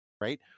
right